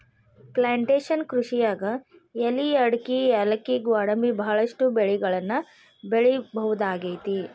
plantation ಕೃಷಿಯಾಗ್ ಎಲಿ ಅಡಕಿ ಯಾಲಕ್ಕಿ ಗ್ವಾಡಂಬಿ ಬಹಳಷ್ಟು ಬೆಳಿಗಳನ್ನ ಬೆಳಿಬಹುದಾಗೇತಿ